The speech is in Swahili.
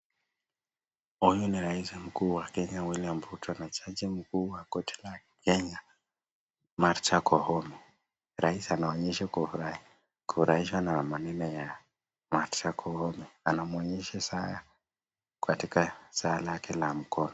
Huyu ni rais mkuu wa Kenya William Ruto anachaji mkuu wa kote la Kenya. Martha Koome. Rais anawaonyesha kufurahishwa na maneno ya Martha Koome. Anamuonyesha saa katika saa lake la mkono.